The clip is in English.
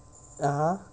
(uh huh)